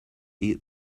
eat